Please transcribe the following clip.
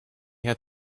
had